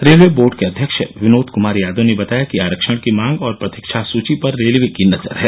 railway board के अध्यक्ष विनोद कुमार यादव ने बताया कि आरक्षण की मांग और प्रतीक्षा सुची पर रेलवे की नजर है